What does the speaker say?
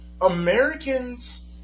Americans